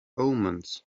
omens